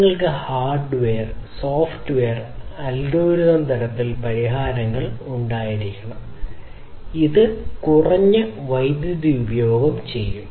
നിങ്ങൾക്ക് hardware software algorithm തലത്തിൽ പരിഹാരങ്ങൾ ഉണ്ടായിരിക്കണം അത് വളരെ കുറഞ്ഞ വൈദ്യുതി ഉപഭോഗം ചെയ്യും